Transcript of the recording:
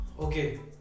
Okay